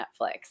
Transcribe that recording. netflix